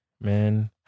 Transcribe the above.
Man